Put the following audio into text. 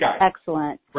excellent